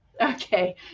Okay